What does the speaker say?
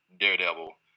Daredevil